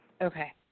Okay